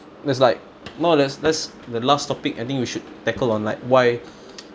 that's like now there's less the last topic I think we should tackle on like why